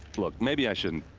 look, maybe i shouldn't.